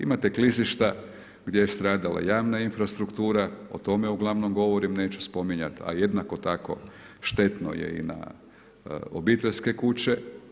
Imate klizišta gdje je stradala javna infrastruktura, o tome ugl. govorim, neću spominjati, a jednako tako štetno je i na obiteljske kuće.